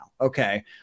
Okay